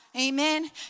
Amen